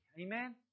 Amen